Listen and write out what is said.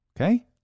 Okay